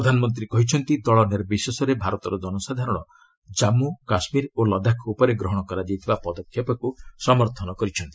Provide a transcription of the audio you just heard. ପ୍ରଧାନମନ୍ତ୍ରୀ କହିଛନ୍ତି ଦଳ ନିର୍ବିଶେଷରେ ଭାରତର ଜନସାଧାରଣ ଜନ୍ମୁ କାଶ୍ମୀର ଓ ଲଦାଖ୍ ଉପରେ ଗ୍ରହଣ କରାଯାଇଥିବା ପଦକ୍ଷେପକୁ ସମର୍ଥନ କରିଛନ୍ତି